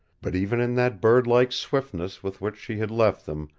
but even in that bird-like swiftness with which she had left them,